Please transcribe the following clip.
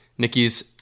Nikki's